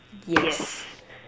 yes